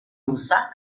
rusa